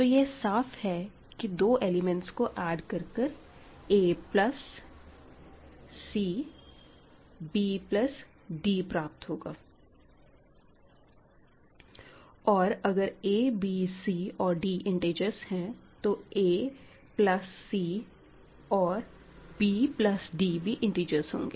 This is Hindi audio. तो यह साफ है की दो एलिमेंट्स को ऐड कर कर a plus c b plus d प्राप्त होगा और अगर a b c और d इंतेजर्स है तो a प्लस c और b प्लस d भी इंटिजर्स होंगे